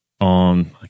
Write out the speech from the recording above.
on